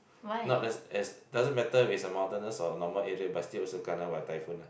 not that's is doesn't matter if it's a mountainous or normal area but still also kena by typhoon ah